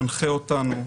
מנחה אותנו.